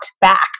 back